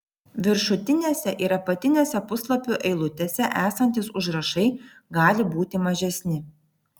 viršutinėse ir apatinėse puslapių eilutėse esantys užrašai gali būti mažesni